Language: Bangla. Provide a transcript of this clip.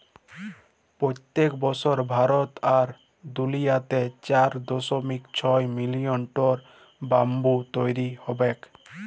পইত্তেক বসর ভারত আর দুলিয়াতে চার দশমিক ছয় মিলিয়ল টল ব্যাম্বু তৈরি হবেক